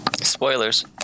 spoilers